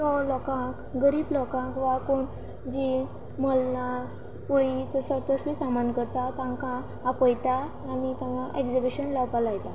तो लोकांक गरीब लोकांक वा कोण जी मल्लां पुळी तसली सामान करता तांकां आपयता आनी तांकां एग्जिबिशन लावपा लायता